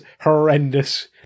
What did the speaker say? horrendous